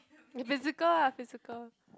if physical ah physical